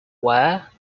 where